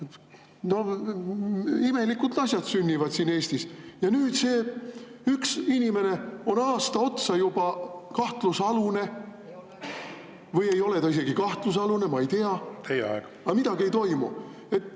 Imelikud asjad sünnivad siin Eestis. Ja nüüd see üks inimene on aasta otsa juba kahtlusalune olnud – või ei ole ta isegi kahtlusalune, ma ei tea … Teie aeg!